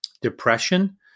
depression